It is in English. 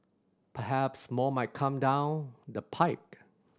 perhaps more might come down the pike